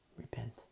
Repent